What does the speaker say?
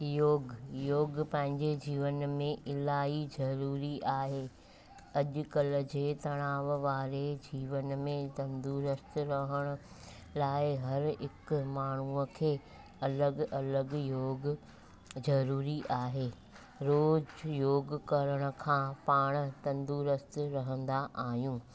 योगु योगु पंहिंजे जीवन में इलाही ज़रूरी आहे अॼु कल्ह जे तनाव वारे जीवन में तंदुरुस्तु रहण लाइ हरि हिकु माण्हूअ खे अलॻि अलॻि योगु ज़रूरी आहे रोज़ु योगु करण खां पाण तंदुरुस्तु रहंदा आहियूं